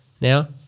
now